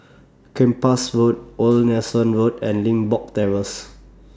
Kempas Road Old Nelson Road and Limbok Terrace